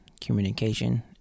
Communication